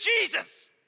Jesus